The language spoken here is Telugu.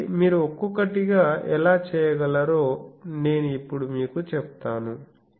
కాబట్టి మీరు ఒక్కొక్కటిగా ఎలా చేయగలరో నేను ఇప్పుడు మీకు చెప్తాను